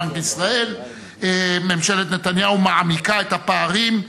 דוח בנק ישראל מאשר: ממשלת נתניהו מעמיקה את הפערים בישראל.